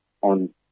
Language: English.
on